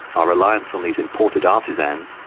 our reliance on these imported artisans,